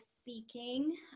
speaking